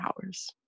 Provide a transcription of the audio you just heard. hours